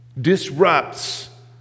disrupts